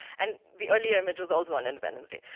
and the earlier image was also on independence day.